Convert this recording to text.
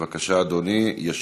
בבקשה, אדוני.